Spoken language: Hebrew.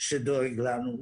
שדואג לנו,